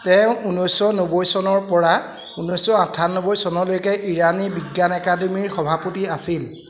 তেওঁ ঊনৈছশ নব্বৈ চনৰপৰা ঊনৈছশ আঠানব্বৈ চনলৈকে ইৰানী বিজ্ঞান একাডেমীৰ সভাপতি আছিল